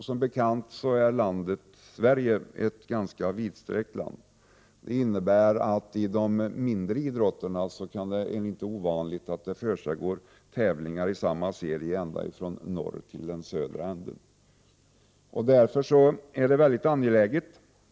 Som bekant är Sverige ett ganska vidsträckt land. När det gäller de mindre idrotterna är det inte ovanligt att det försiggår tävlingar i samma serie ända från den norra änden till den södra änden av landet.